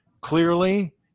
clearly